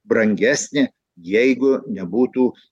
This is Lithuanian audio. brangesnė jeigu nebūtų